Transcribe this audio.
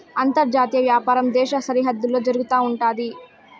అంతర్జాతీయ వ్యాపారం దేశ సరిహద్దుల్లో జరుగుతా ఉంటయి